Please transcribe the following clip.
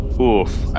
oof